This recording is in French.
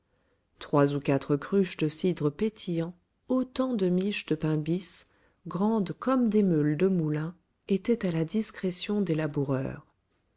trois ou quatre cruches de cidre pétillant autant de miches de pain bis grandes comme des meules de moulin étaient à la discrétion des laboureurs